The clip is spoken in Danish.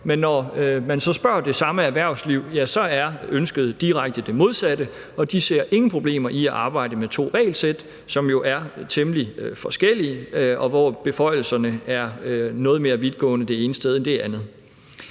men når man så spørger det samme erhvervsliv, er ønsket det direkte modsatte, og de ser ingen problemer i at arbejde med to regelsæt, som jo er temmelig forskellige, og hvor beføjelserne er noget mere vidtgående det ene sted end det andet